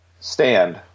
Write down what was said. Stand